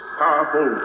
powerful